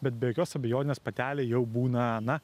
bet be jokios abejonės patelė jau būna